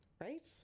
right